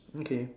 okay